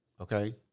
Okay